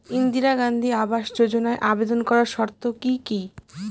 ইন্দিরা গান্ধী আবাস যোজনায় আবেদন করার শর্ত কি কি?